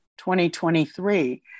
2023